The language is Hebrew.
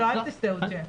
לא אל תסטה מזה.